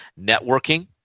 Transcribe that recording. Networking